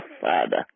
Father